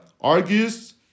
argues